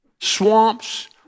swamps